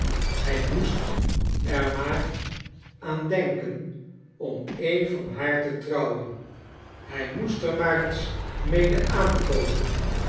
hij moest er maar aan denken om een van haar te trouwen hij moest er maar eens mede aankomen